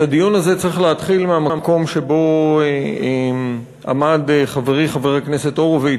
את הדיון הזה צריך להתחיל מהמקום שבו עמד חברי חבר הכנסת הורוביץ,